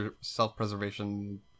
self-preservation